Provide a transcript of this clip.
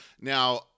Now